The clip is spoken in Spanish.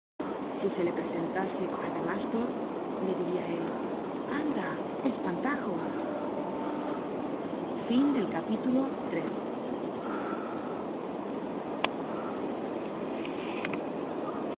si se le presentase adamastor le diria el anda espantajo content from